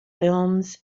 films